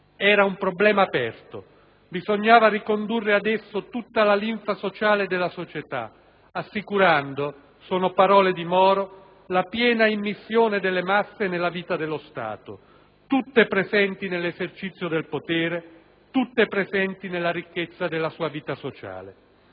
Era un problema aperto; bisognava ricondurre ad esso tutta la linfa vitale della società, assicurando, sono parole di Moro, «la piena immissione delle masse nella vita dello Stato: tutte presenti nell'esercizio del potere, tutte presenti nella ricchezza della vita sociale».